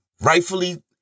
Rightfully